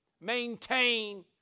Maintain